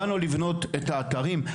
באנו לבנות את האתרים.